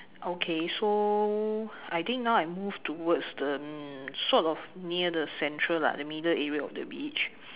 okay so I think now I move towards to the n~ sort of near central lah the middle area of the beach